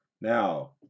now